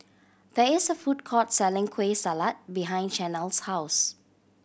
there is a food court selling Kueh Salat behind Shanell's house